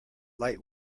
light